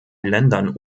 ländern